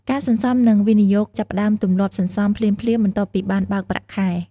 ការសន្សំ និងវិនិយោគចាប់ផ្ដើមទម្លាប់សន្សំភ្លាមៗបន្ទាប់ពីបានបើកប្រាក់ខែ។